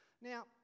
Now